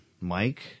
Mike –